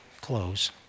close